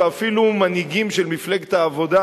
ואפילו מנהיגים של מפלגת העבודה,